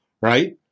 right